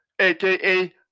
aka